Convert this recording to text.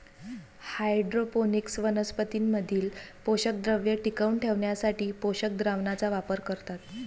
hydroponics वनस्पतीं मधील पोषकद्रव्ये टिकवून ठेवण्यासाठी पोषक द्रावणाचा वापर करतात